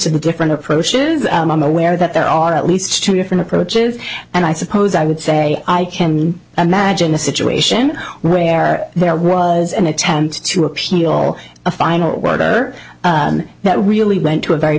of the different approaches and i'm aware that there are at least two different approaches and i suppose i would say i can imagine a situation where there was an attempt to appeal a final word or that really went to a very